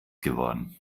geworden